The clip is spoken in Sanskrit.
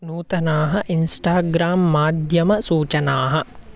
नूतनाः इन्स्टाग्राम् माध्यमसूचनाः